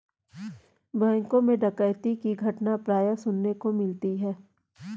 बैंकों मैं डकैती की घटना प्राय सुनने को मिलती है